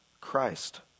Christ